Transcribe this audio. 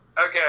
Okay